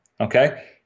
Okay